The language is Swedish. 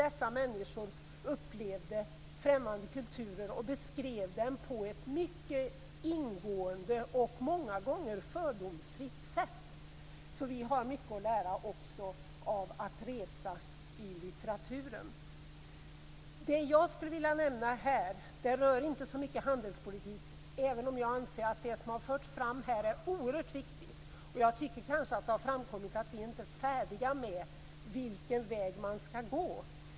Dessa människor upplevde främmande kulturer och beskrev dem på ett mycket ingående och många gånger fördomsfritt sätt. Vi har mycket att lära också av att resa i litteraturen. Det jag skulle vilja nämna här rör inte så mycket handelspolitik, även om jag anser att det som har förts fram här är oerhört viktigt. Jag tycker kanske att det har framkommit att vi inte är färdiga med vilken väg man ska gå.